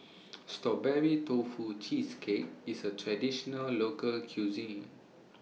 Strawberry Tofu Cheesecake IS A Traditional Local Cuisine